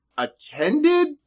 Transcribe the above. attended